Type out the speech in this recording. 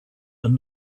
and